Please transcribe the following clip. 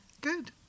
Good